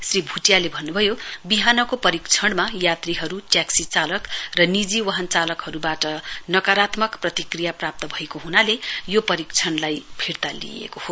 श्री भुटियाले भन्नुभयो बिहानको परीक्षणमा यात्रीहरू ट्याक्सी चालक र निजी वाहन चालकहरूबाट नकारात्मक प्रतिक्रिया प्राप्त भएको हुनाले यो परीक्षणलाई फिर्ता लिइएको हो